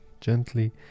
gently